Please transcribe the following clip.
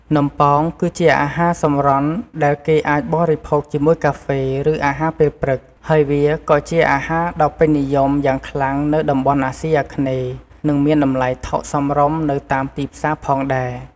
នំប៉ោងគឺជាអាហារសម្រន់ដែលគេអាចបរិភោគជាមួយកាហ្វេ ឬអាហារពេលព្រឹក ហើយវាក៏ជាអាហារដ៏ពេញនិយមយ៉ាងខ្លាំងនៅតំបន់អាស៊ីអាគ្នេយ៍ និងមានតម្លៃថោកសមរម្យនៅតាមទីផ្សារផងដែរ។